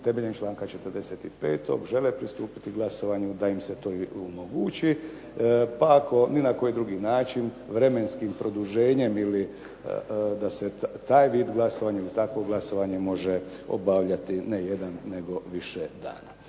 temeljem članka 45. žele pristupiti glasovanju, da im se to omogući, pa ako na bilo koji način vremenskim produženjem ili da se taj vid glasovanja, takvo glasovanje može obavljati ne jedan nego više dana.